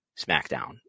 SmackDown